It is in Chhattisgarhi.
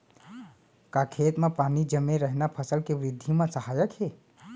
का खेत म पानी जमे रहना फसल के वृद्धि म सहायक हे?